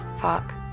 fuck